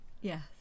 Yes